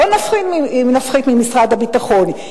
לא נפחית ממשרד הביטחון,